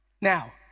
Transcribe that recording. Now